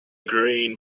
green